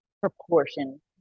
proportion